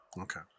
Okay